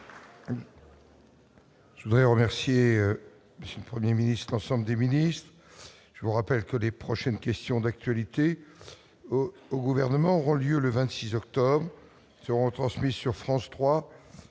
Je voudrais remercier le 1er ministre ensemble des ministres, je vous rappelle que les prochaines questions d'actualité au gouvernement auront lieu le 26 octobre seront retransmis sur France 3